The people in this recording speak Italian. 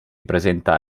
presenta